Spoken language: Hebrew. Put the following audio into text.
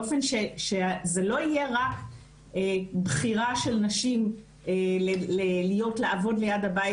באופן שזה לא יהיה רק "בחירה" של נשים לעבוד ליד הבית